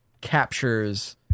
captures